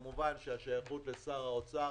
כמובן שהשייכות לשר האוצר,